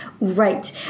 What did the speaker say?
Right